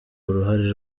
uruhare